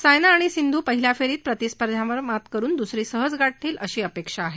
सायना आणि सिंधू पहिल्या फेरीत प्रतिस्पर्ध्यावर मात करुन दुसरी सहज गाठतील अशी अपेक्षा आहे